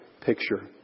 picture